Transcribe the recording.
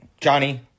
Johnny